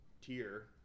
tier